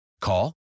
Call